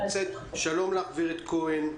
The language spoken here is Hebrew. שלום לך גברת כהן,